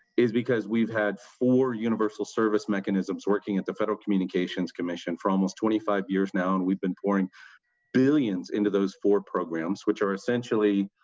is because we've had four universal service mechanisms working at the federal communications commission for almost twenty five years and we've been pouring billions into those four programs which are essentially,